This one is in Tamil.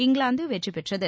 இங்கிலாந்து வெற்றி பெற்றது